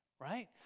Right